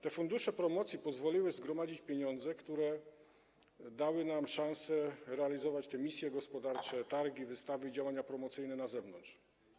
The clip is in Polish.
Te fundusze promocji pozwoliły zgromadzić pieniądze, które dały nam szansę realizować te misje gospodarcze, targi, wystawy i działania promocyjne na zewnątrz.